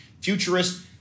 futurist